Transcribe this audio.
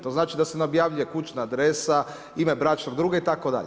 To znači da se ne objavljuje kućna adresa, ime bračnog druga itd.